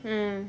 mm